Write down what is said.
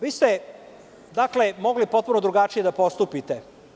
Vi ste, dakle, mogli potpuno drugačije da postupite.